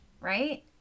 right